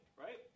right